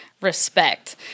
respect